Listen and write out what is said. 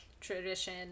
tradition